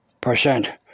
percent